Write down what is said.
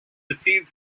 received